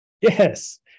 Yes